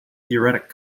theoretic